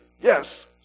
yes